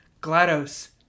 GLaDOS